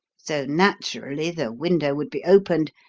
so naturally the window would be opened,